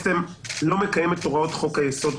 אתה לא מקיים את הוראות חוק היסוד,